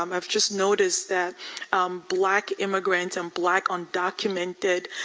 um i've just noticed that black immigrants and black undocumented